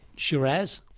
shiraz?